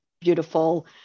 beautiful